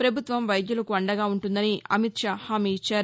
ప్రపభుత్వం వైద్యులకు అండగా ఉంటుందని అమిషా హామీ ఇచ్చారు